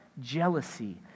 jealousy